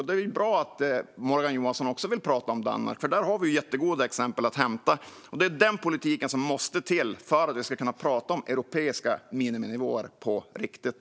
Det är bra att Morgan Johansson också vill prata om Danmark, för där har vi jättegoda exempel att hämta. Det är den politiken som måste till för att vi ska kunna prata om europeiska miniminivåer på riktigt.